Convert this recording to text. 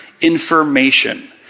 information